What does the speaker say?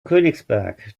königsberg